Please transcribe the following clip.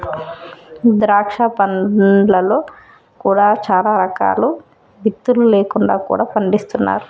ద్రాక్ష పండ్లలో కూడా చాలా రకాలు విత్తులు లేకుండా కూడా పండిస్తున్నారు